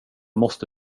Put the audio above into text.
måste